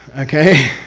okay?